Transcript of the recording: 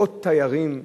מאות תיירים,